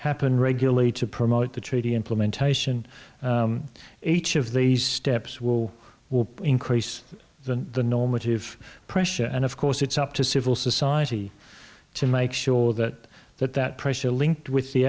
happen regularly to promote the treaty implementation each of these steps will will increase the normative pressure and of course it's up to civil society to make sure that that that pressure linked with the